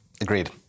Agreed